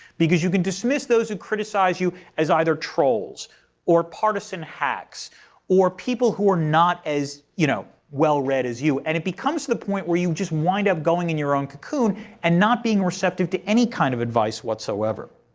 because you can dismiss those who criticize you as either trolls or partisan hacks or people who are not as you know well-read as you. and it becomes to the point where you just wind up going in your own cocoon and not being receptive receptive to any kind of advice whatsoever.